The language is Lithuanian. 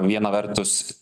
viena vertus